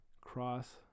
cross